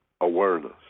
awareness